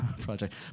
project